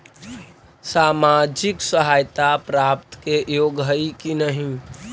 सामाजिक सहायता प्राप्त के योग्य हई कि नहीं?